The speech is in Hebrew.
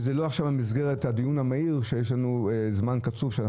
אבל לא עכשיו במסגרת הדיון המהיר כי יש לנו זמן קצוב.